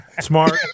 Smart